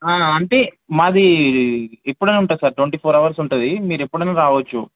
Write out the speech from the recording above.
అంటే మాది ఎప్పుడైనా ఉంటుంది సార్ ట్వంటీ ఫోర్ అవర్స్ ఉంటుంది మీరు ఎప్పుడైనా రావచ్చు